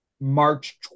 March